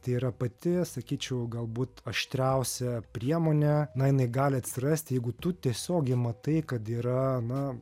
tai yra pati sakyčiau galbūt aštriausia priemonė na jinai gali atsirasti jeigu tu tiesiogiai matai kad yra na